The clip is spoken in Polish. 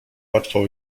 łatwo